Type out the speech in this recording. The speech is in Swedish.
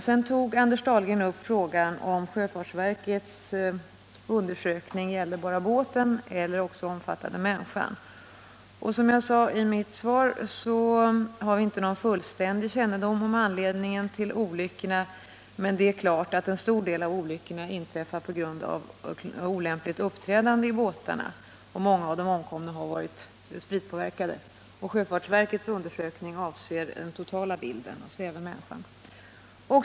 Sedan tog Anders Dahlgren upp frågan, om sjöfartsverkets undersökning gällde bara båten eller omfattade också människan. Som jag sade i mitt svar har vi inte någon fullständig kännedom om anledningen till olyckorna, men det är klart att en stor del av dem inträffar på grund av olämpligt uppträdande i båtarna, och många av de omkomna har varit spritpåverkade. Sjöfartsverkets undersökning avser den totala bilden, alltså även människan.